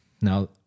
now